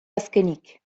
azkenik